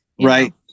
Right